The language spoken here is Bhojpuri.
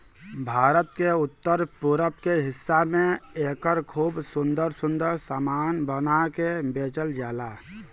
भारत के उत्तर पूरब के हिस्सा में एकर खूब सुंदर सुंदर सामान बना के बेचल जाला